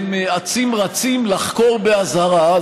הם אצים-רצים לחקור באזהרה,